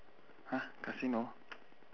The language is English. !huh! casino